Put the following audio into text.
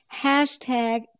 Hashtag